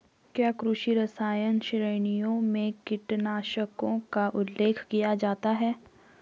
क्या कृषि रसायन श्रेणियों में कीटनाशकों का उल्लेख किया जाता है?